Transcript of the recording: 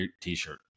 t-shirt